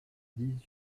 dix